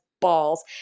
Balls